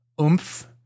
oomph